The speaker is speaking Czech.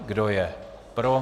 Kdo je pro?